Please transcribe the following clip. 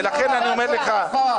ולכן אני אומר לך,